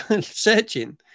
searching